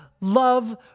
love